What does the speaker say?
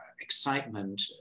excitement